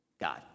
God